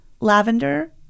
Lavender